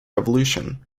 revolution